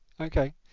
okay